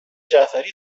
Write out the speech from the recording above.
جعفری